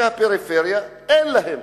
בפריפריה, אין להם.